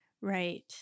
Right